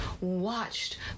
watched